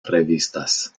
revistas